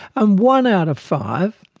and one out of five